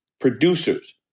producers